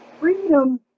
freedom